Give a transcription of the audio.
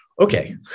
okay